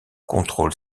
contrôle